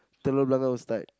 Telok-Blangah Ustad